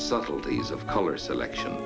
subtleties of color selection